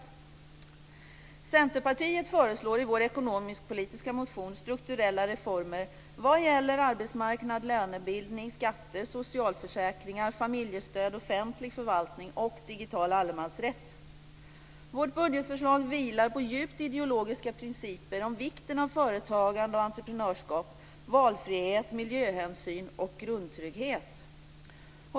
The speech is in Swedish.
Vi i Centerpartiet föreslår i vår ekonomiskpolitiska motion strukturella reformer vad gäller arbetsmarknad, lönebildning, skatter socialförsäkringar, familjestöd, offentlig förvaltning och digital allemansrätt. Vårt budgetförslag vilar på djupt ideologiska principer om vikten av företagande och entreprenörskap, om valfrihet, miljöhänsyn och grundtrygghet.